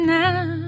now